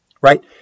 right